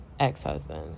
ex-husband